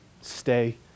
stay